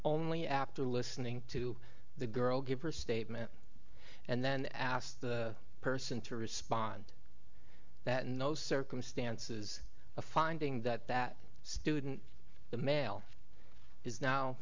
only after listening to the girl give her statement and then asked the person to respond that in those circumstances a finding that that student the male is now